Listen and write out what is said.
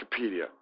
Wikipedia